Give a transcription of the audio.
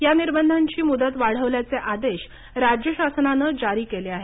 या निर्बधांची मुदत वाढवल्याचे आदेश राज्य शासनानं जारी केले आहेत